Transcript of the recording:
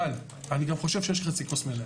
אבל אני חושב שיש חצי כוס מלאה,